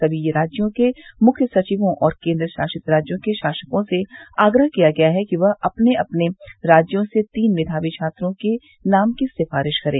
सभी राज्यों के मुख्य सचिवों और केन्द्र शासित राज्यों के शासकों से आग्रह किया गया है कि वह अपने अपने राज्यों से तीन मेवावी छात्रों के नाम की सिफ़ारिश करें